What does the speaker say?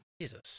Jesus